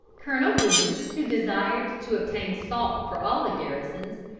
colonel boone, who desired to obtain salt for all the garrisons,